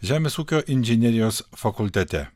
žemės ūkio inžinerijos fakultete